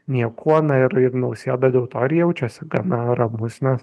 niekuo na ir ir nausėda dėl to ir jaučiasi gana ramus nes